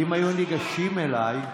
אם היו ניגשים אליי,